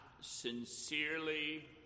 sincerely